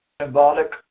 symbolic